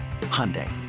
Hyundai